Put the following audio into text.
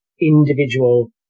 individual